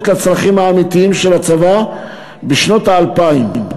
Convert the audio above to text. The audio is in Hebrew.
את הצרכים האמיתיים של הצבא בשנות האלפיים.